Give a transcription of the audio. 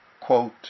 quote